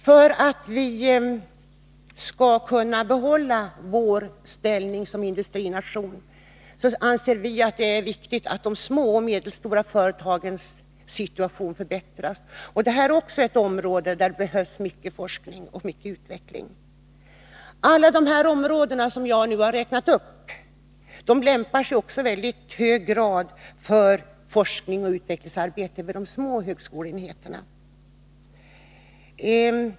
För att Sverige skall kunna behålla sin ställning som industrination, anser vi att det är viktigt att de små och medelstora företagens situation förbättras. Det här är också ett område där det behövs mycket forskning och mycket utveckling. Alla de områden som jag nu har räknat upp lämpar sig också i mycket hög grad för forskning och utvecklingsarbete vid de små högskoleenheterna.